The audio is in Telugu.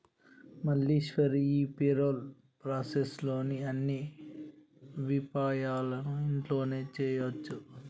మల్లీశ్వరి ఈ పెరోల్ ప్రాసెస్ లోని అన్ని విపాయాలను ఇంట్లోనే చేయొచ్చు